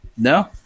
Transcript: No